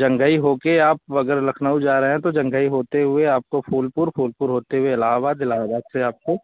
जंघई होकर आप अगर लखनऊ जा रहे हैं तो जंघई होते हुए आपको फूलपुर फूलपुर होते हुए इलाहाबाद इलाहाबाद से आपको